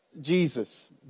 Jesus